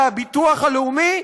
בביטוח הלאומי,